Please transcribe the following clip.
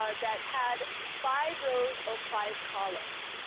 ah that had five rows of five columns,